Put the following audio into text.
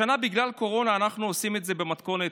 השנה, בגלל הקורונה, אנחנו עושים את זה במתכונת